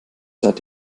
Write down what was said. seit